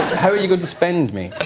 how are you going to spend me?